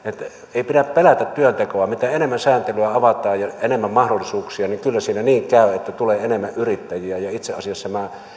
ei pidä pelätä työntekoa mitä enemmän sääntelyä avataan ja enemmän mahdollisuuksia niin kyllä siinä niin käy että tulee enemmän yrittäjiä itse asiassa minä